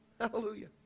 hallelujah